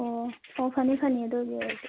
ꯑꯣ ꯍꯣ ꯐꯅꯤ ꯐꯅꯤ ꯑꯗꯨꯒꯤ ꯑꯣꯏꯔꯗꯤ